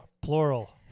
Plural